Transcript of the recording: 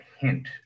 hint